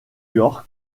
york